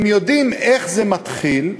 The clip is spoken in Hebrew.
הם יודעים איך זה מתחיל,